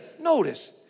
notice